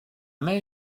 même